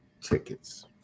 tickets